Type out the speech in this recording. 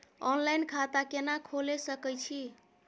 Online खाता केना खोले सकै छी?